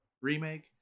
remake